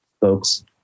folks